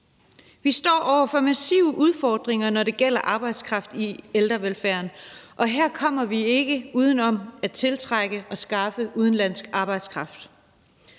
Vi står over for massive udfordringer, når det gælder arbejdskraft i ældrevelfærden, og her kommer vi ikke uden om at tiltrække og skaffe udenlandsk arbejdskraft.